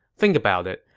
think about it.